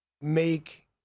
make